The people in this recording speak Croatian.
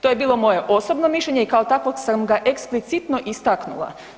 To je bilo moje osobno mišljenje i kao takvog sam ga eksplicitno istaknula.